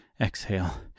exhale